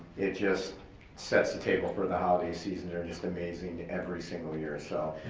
it just sets the table for the holiday season, they're just amazing every single year, so.